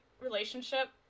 relationship